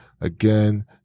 again